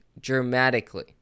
dramatically